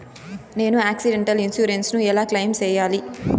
నేను accidental insurance ను ఎలా క్లెయిమ్ సేయాలి?